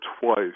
twice